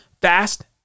fast